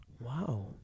Wow